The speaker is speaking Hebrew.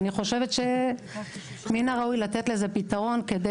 אני חושבת שמן הראוי לתת לזה פתרון כדי